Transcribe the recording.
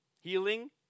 Healing